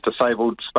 disabled